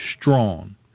strong